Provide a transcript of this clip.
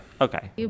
Okay